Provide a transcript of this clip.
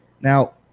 now